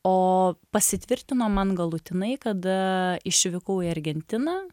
o pasitvirtino man galutinai kada išvykau į argentiną